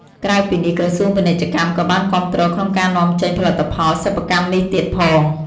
ក្រៅពីនេះ ក្រសួងពាណិជ្ជកម្មក៏បានគាំទ្រក្នុងការនាំចេញផលិតផលសិប្បកម្មនេះទៀតផង។